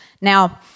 now